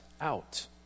out